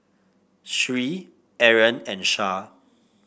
Sri Aaron and Shah